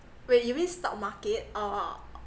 wait you mean stock market or